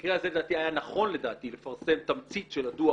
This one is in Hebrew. במקרה הזה לדעתי היה נכון לפרסם תמצית של הדוח